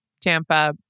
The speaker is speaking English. Tampa